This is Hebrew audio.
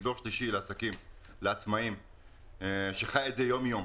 אני דור שלישי לעצמאים שחי את זה יום-יום.